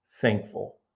thankful